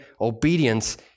obedience